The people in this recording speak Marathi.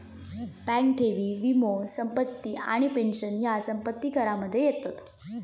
बँक ठेवी, वीमो, संपत्ती आणि पेंशन ह्या संपत्ती करामध्ये येता